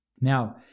Now